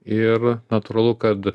ir natūralu kad